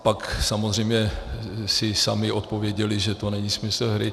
Pak samozřejmě si sami odpověděli, že to není smysl hry.